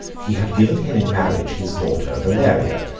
he had given him in marriage his daughter valeria,